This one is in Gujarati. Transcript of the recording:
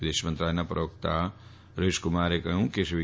વિદેશ મંત્રાલયના પ્રવક્તા રવીશકુમારે જણાવ્યું કે શ્રી વિ